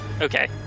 Okay